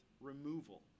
removal